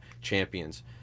Champions